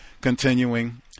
Continuing